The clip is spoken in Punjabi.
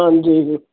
ਹਾਂਜੀ